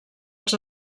els